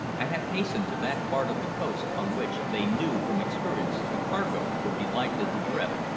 and had hastened to that part of the coast on which they knew from experience the cargo would be likely to drift.